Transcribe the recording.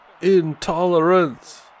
intolerance